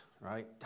right